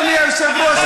אדוני היושב-ראש,